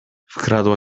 wkradała